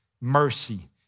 mercy